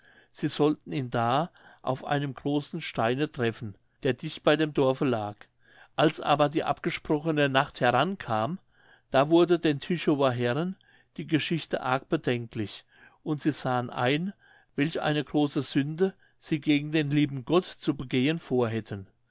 sie sollten ihn da auf einem großen steine treffen der dicht bei dem dorfe lag als aber die abgesprochene nacht herankam da wurde den tychower herren die geschichte arg bedenklich und sie sahen ein welch eine große sünde sie gegen den lieben gott zu begehen vorhätten